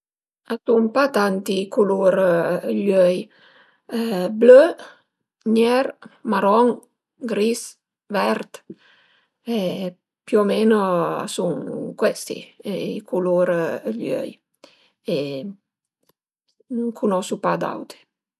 A i sun pa tanti culur dë i öi: blö, nier, maron, gris, vert e più o meno a sun cuesti i culur dë i öi e cunosu pa d'auti